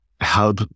help